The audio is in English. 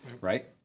Right